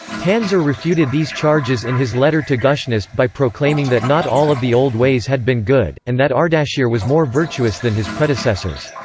tansar refuted these charges in his letter to gushnasp by proclaiming that not all of the old ways had been good, and that ardashir was more virtuous than his predecessors.